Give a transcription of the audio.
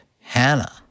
Hannah